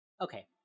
Okay